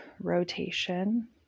rotation